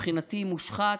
מבחינתי מושחת,